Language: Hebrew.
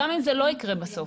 גם אם זה לא יקרה בסוף,